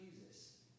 Jesus